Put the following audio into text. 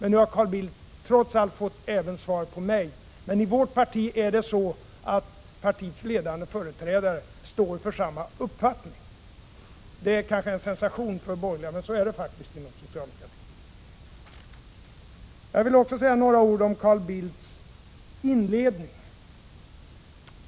Nu har Carl Bildt trots allt fått svar även från mig, men i vårt parti är det så att partiets ledande företrädare står för samma uppfattning. Det är kanske en sensation för de borgerliga, men så är det faktiskt inom socialdemokratin. Jag vill också säga några ord om Carl Bildts inledning.